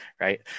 right